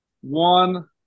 One